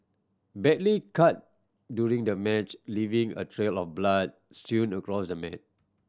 badly cut during the match leaving a trail of blood strewn across the mat